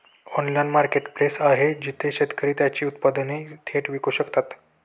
Online marketplace आहे जिथे शेतकरी त्यांची उत्पादने थेट विकू शकतात?